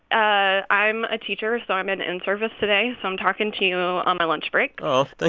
ah i'm a teacher, so i'm in in-service today. so i'm talking to you on my lunch break oh, thank